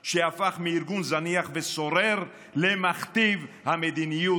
שהפך מארגון זניח וסורר למכתיב המדיניות,